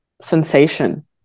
sensation